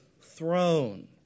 throne